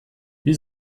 wie